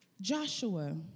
Joshua